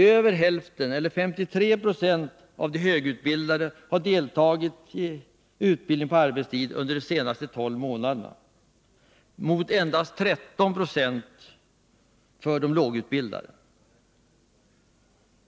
Över hälften, eller 53 96, av de högutbildade har deltagit i utbildning på arbetstid under de senaste tolv månaderna, mot endast 13 90 av de lågutbildade.